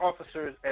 officers